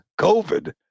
COVID